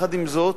עם זאת,